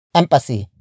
empathy